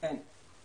אין.